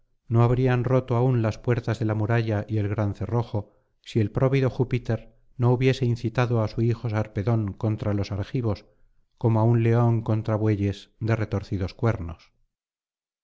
no habrían roto aún las puertas de la murallay el gran cerrojo si el próvido júpiter no hubiese incitado á su hijo sarpedón contra los argivos como á un león contra bueyes de retorcidos cuernos